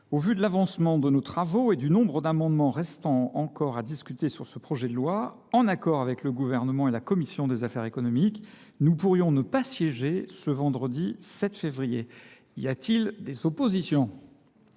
au vu de l’avancement de nos travaux et du nombre d’amendements restant encore en discussion sur ce projet de loi, en accord avec le Gouvernement et la commission des affaires économiques, nous pourrions ne pas siéger ce vendredi 7 février. Y a t il des observations ?…